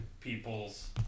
people's